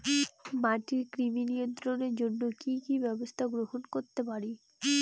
মাটির কৃমি নিয়ন্ত্রণের জন্য কি কি ব্যবস্থা গ্রহণ করতে পারি?